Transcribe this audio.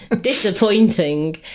disappointing